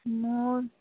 ମୁଁ